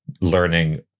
learning